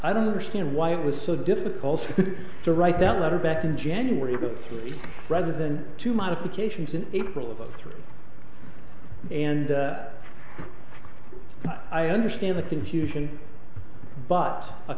i don't understand why it was so difficult to write that letter back in january about three rather than two modifications in april of zero three and i understand the confusion but a